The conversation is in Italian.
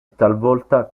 talvolta